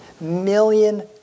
million